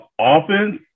offense